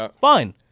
fine